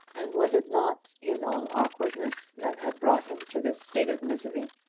and was it not his own awkwardness that had brought him to this state of misery?